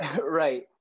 Right